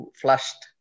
flushed